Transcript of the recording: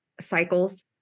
cycles